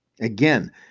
again